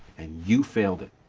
and you failed it.